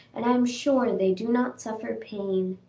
and i am sure they do not suffer pain.